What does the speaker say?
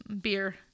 beer